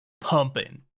pumping